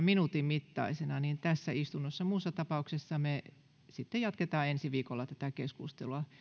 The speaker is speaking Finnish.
minuutin mittaisina vastauspuheenvuoroina tässä istunnossa muussa tapauksessa me jatkamme ensi viikolla tätä keskustelua